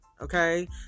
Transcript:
okay